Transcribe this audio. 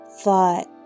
thought